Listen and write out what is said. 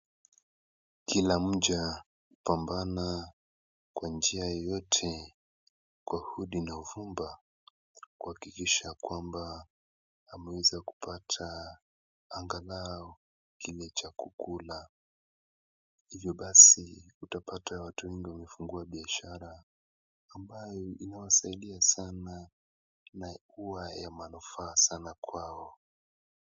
Kila mja hupambana kwa njia yoyote kwa udi na uvumba kuhakikisha kwamba ameweza kupata angalau kitu cha kukula. Hivyo basi utapata watu wengi wamefungua biashara ambayo inawasaidia sana na kuwa ya manufaa sana kwao.